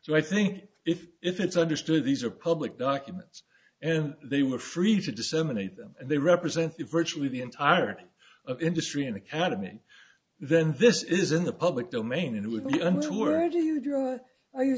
so i think if if it's understood these are public documents and they were free to disseminate them and they represent virtually the entire industry and academy then this is in the public domain and it w